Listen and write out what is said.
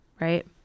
Right